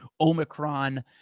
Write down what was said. Omicron